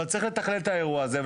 אבל צריך לתכלל את האירוע הזה.